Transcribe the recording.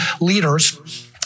leaders